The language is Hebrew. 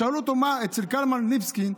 שאלו אותו אצל קלמן ליבסקינד: